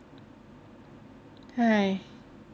!hais!